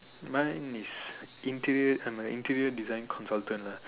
mine is interview I'm a interview design consultant